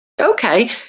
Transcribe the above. Okay